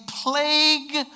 plague